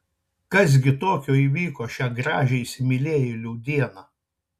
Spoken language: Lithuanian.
kas gi tokio įvyko šią gražią įsimylėjėlių dieną